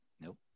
Nope